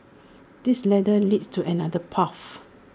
this ladder leads to another path